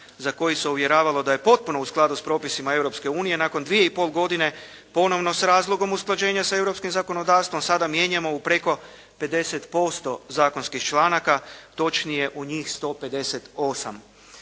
za koje se uvjeravalo da je potpuno u skladu s propisima Europske unije, nakon dvije i pol godine ponovno s razlogom usklađenja sa europskim zakonodavstvom sada mijenjamo u preko 50% zakonskih članaka, točnije u njih 158.